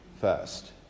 first